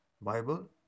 Bible